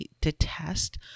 detest